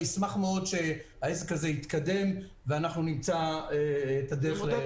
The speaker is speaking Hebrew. אני אשמח מאוד שהעסק הזה יתקדם ואנחנו נמצא את הדרך להקטין את הפערים.